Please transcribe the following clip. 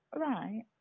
Right